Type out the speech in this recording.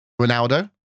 Ronaldo